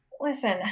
listen